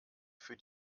für